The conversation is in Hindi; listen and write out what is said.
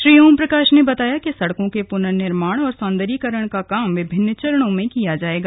श्री ओमप्रकाश ने बताया कि सड़कों के प्नर्निर्माण और सौन्दर्यीकरण का काम विभिन्न चरणों में किया जाएगा